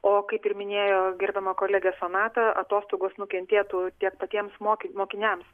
o kaip ir minėjo gerbiama kolegė sonata atostogos nukentėtų tiek tokiems mokyti mokiniams